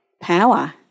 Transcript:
Power